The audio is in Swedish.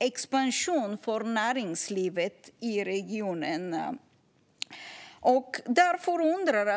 Expansion för näringslivet i regionen ska också säkras.